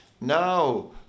Now